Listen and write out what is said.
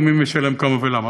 ומי משלם כמה ולמה.